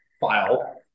file